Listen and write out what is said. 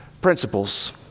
Principles